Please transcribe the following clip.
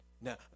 Now